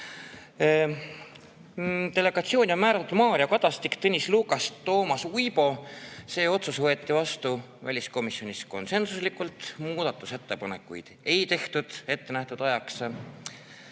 Delegatsiooni on määratud Mario Kadastik, Tõnis Lukas ja Toomas Uibo. See otsus võeti vastu väliskomisjonis konsensuslikult. Muudatusettepanekuid ettenähtud ajaks